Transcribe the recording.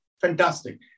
Fantastic